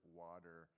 water